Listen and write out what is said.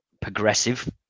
progressive